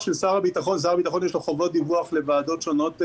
לשר הביטחון יש חובות דיווח לוועדות שונות בכנסת.